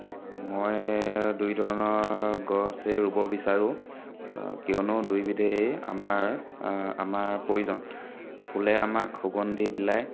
মই দুই ধৰণৰ গছেই ৰুব বিচাৰোঁ কিয়নো দুইবিধেই আমাৰ আমাৰ প্ৰয়োজন ফুলে আমাক সুগন্ধি বিলাই